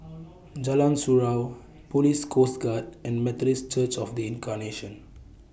Jalan Surau Police Coast Guard and Methodist Church of The Incarnation